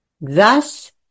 Thus